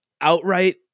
outright